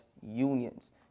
unions